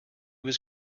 was